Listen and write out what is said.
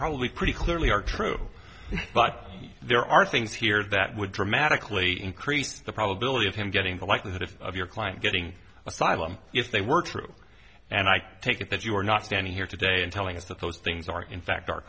probably pretty clearly are true but there are things here that would dramatically increase the probability of him getting the likelihood of your client getting asylum if they were true and i take it that you are not standing here today and telling us that those things are in fact